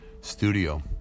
studio